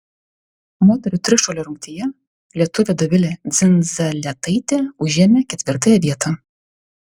moterų trišuolio rungtyje lietuvė dovilė dzindzaletaitė užėmė ketvirtąją vietą